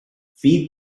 feed